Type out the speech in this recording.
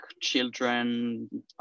children